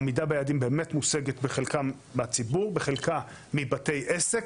עמידה ביעדים באמת מושגת בחלקה בציבור בחלקה מבתי עסק,